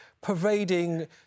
pervading